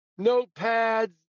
Notepads